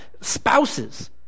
Spouses